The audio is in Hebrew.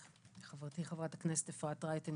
חברתי חברת הכנסת אפרת רייטן,